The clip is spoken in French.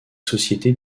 sociétés